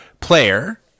player